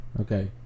okay